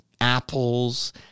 apples